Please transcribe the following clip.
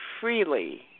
freely